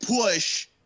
push